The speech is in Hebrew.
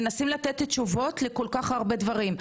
מנסים לתת תשובות לכל כך הרבה דברים.